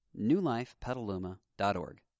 newlifepetaluma.org